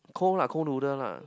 cold lah cold noodle lah